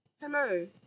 Hello